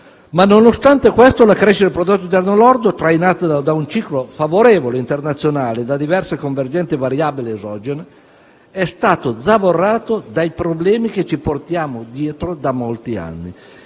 ma, nonostante questo, la crescita del prodotto interno lordo, trainata da un ciclo internazionale favorevole e da diverse e convergenti variabili esogene, è stata zavorrata dai problemi che ci portiamo dietro da molti anni.